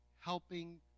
helping